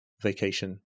vacation